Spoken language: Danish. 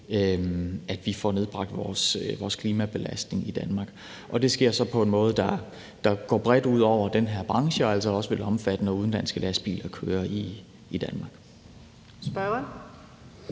at vi får nedsat vores klimabelastning i Danmark. Det sker så på en måde, der går bredt ud over den her branche, og jo altså også vil omfatte udenlandske lastbiler, der kører i Danmark.